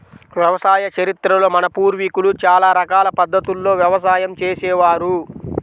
వ్యవసాయ చరిత్రలో మన పూర్వీకులు చాలా రకాల పద్ధతుల్లో వ్యవసాయం చేసే వారు